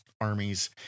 armies